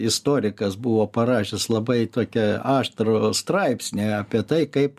istorikas buvo parašęs labai tokią aštrų straipsnį apie tai kaip